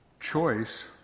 choice